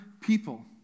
people